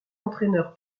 entraîneur